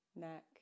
neck